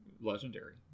Legendary